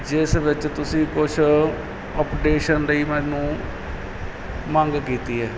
ਜਿਸ ਵਿੱਚ ਤੁਸੀਂ ਕੁਛ ਅਪਡੇਸ਼ਨ ਲਈ ਮੈਨੂੰ ਮੰਗ ਕੀਤੀ ਹੈ